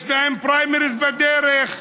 יש להם פריימריז בדרך,